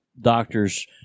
doctors